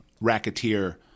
racketeer